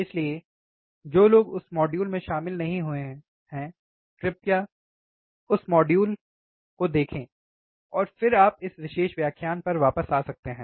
इसलिए जो लोग उस मॉड्यूल में शामिल नहीं हुए हैं कृपया उस मॉड्यूल को देखें और फिर आप इस विशेष व्याख्यान पर वापस आ सकते हैं